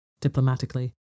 diplomatically